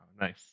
Nice